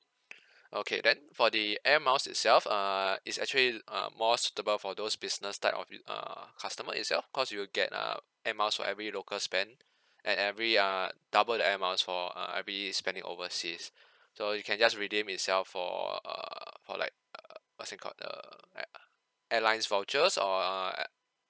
okay then for the air miles itself uh it's actually err more suitable for those business type of u~ err customer itself cause you'll get err air miles for every local spend and every uh double air miles for err every spending overseas so you can just redeem itself for uh for like uh what's that called uh ai~ airlines vouchers or uh ai~